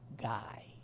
guy